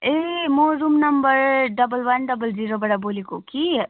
ए म room number double one double जिरोबाट बोलेको कि